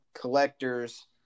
collector's